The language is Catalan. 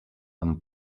amb